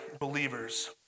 believers